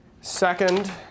Second